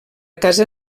casa